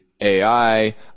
AI